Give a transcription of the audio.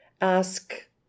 ask